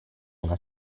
una